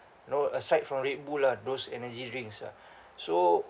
know aside from Red Bull lah those energy drinks ah so